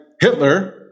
Hitler